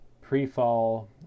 pre-fall